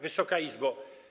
Wysoka Izbo!